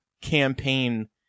campaign